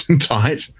tight